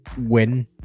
win